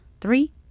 Three